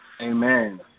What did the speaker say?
Amen